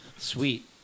Sweet